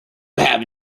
have